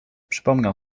przypomniał